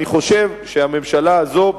ואני חושב שהממשלה הזו,